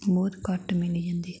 बहुत घट्ट मिली जंदा